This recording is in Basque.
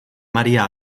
maria